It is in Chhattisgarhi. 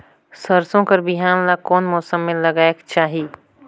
सरसो कर बिहान ला कोन मौसम मे लगायेक चाही?